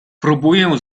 próbuję